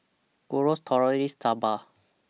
Gyros Tortillas Soba